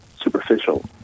superficial